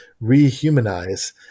re-humanize